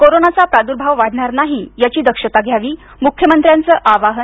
कोरोनाचा प्रादुर्भाव वाढणार नाही याची दक्षता घ्यावी मुख्यमंत्र्यांचं आवाहन